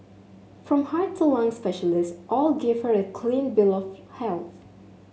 from heart to lung specialists all gave her a clean bill of health